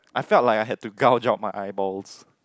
I felt like I had to gouge out my eyeballs